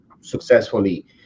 successfully